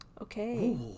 okay